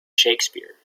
shakespeare